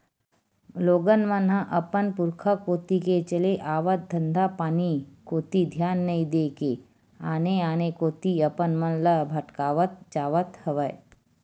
लोगन मन ह अपन पुरुखा कोती ले चले आवत धंधापानी कोती धियान नइ देय के आने आने कोती अपन मन ल भटकावत जावत हवय